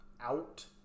out